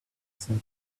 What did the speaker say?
said